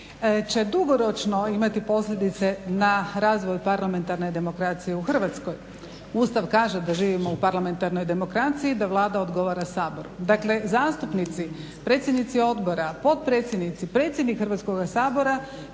će dugoročno imati posljedice na razvoj parlamentarne demokracije u Hrvatskoj. Ustav kaže da živimo u parlamentarnoj demokraciji i da Vlada odgovara Saboru. Dakle zastupnici, predsjednici odbora, potpredsjednici, predsjednik Hrvatskoga sabora